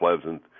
pleasant